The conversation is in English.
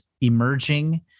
emerging